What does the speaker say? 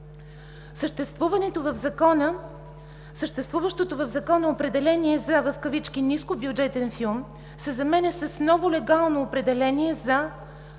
Съществуващото в Закона определение за „нискобюджетен филм“ се заменя с ново легално определение за